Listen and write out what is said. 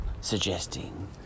suggesting